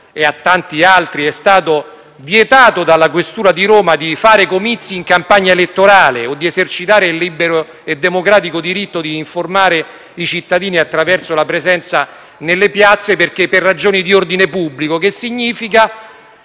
e a tanti altri è stato vietato dalla questura di Roma di tenere comizi in campagna elettorale o di esercitare il libero e democratico diritto di informare i cittadini attraverso la presenza nelle piazze, per ragioni di ordine pubblico, che -